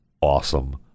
awesome